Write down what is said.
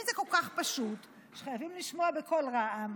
אם זה כל כך פשוט שחייבים לשמוע בקול רע"מ,